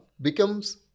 becomes